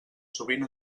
sovint